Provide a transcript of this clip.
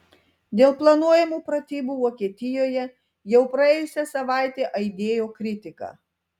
dėl planuojamų pratybų vokietijoje jau praėjusią savaitę aidėjo kritika